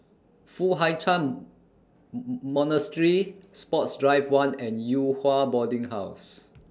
Foo Hai Ch'An Monastery Sports Drive one and Yew Hua Boarding House